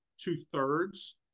two-thirds